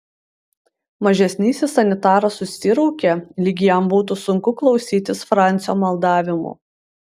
mažesnysis sanitaras susiraukė lyg jam būtų sunku klausytis francio maldavimų